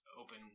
open